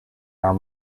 are